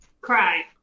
Cry